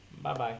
Bye-bye